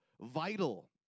vital